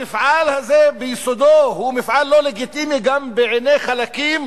המפעל הזה ביסודו הוא מפעל לא לגיטימי גם בעיני חלקים